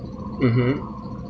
mmhmm